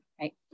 right